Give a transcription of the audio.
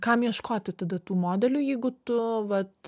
kam ieškoti tada tų modelių jeigu tu vat